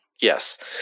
Yes